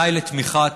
די לתמיכת